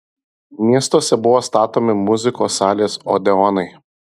miestuose buvo statomi muzikos salės odeonai